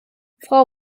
frau